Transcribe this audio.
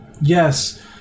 yes